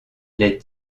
les